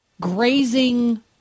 grazing